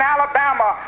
Alabama